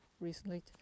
recently